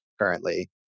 currently